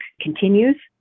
continues